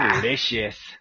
Delicious